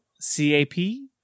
C-A-P